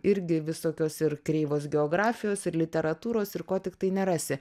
irgi visokios ir kreivos geografijos ir literatūros ir ko tiktai nerasi